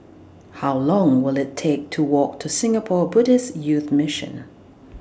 How Long Will IT Take to Walk to Singapore Buddhist Youth Mission